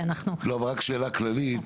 אבל רק שאלה כללית,